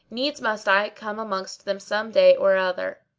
needs must i come amongst them some day or other.